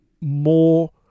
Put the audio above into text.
more